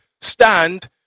Stand